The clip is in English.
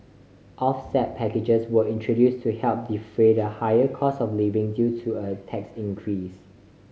offset packages were introduce to help defray the higher costs of living due to a tax increase